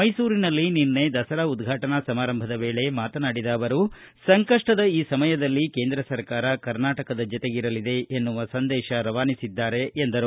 ಮೈಸೂರಿನಲ್ಲಿ ನಿನ್ನೆ ದಸರಾ ಉದ್ವಾಟನಾ ಸಮಾರಂಭದ ವೇಳೆ ಮಾತನಾಡಿದ ಅವರು ಸಂಕಷ್ಟದ ಈ ಸಮಯದಲ್ಲಿ ಕೇಂದ್ರ ಸರ್ಕಾರ ಕರ್ನಾಟಕದ ಜತೆಗಿರಲಿದೆ ಎನ್ನುವ ಸಂದೇತ ನೀಡಿದ್ದಾರೆ ಎಂದರು